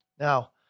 Now